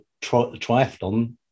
triathlon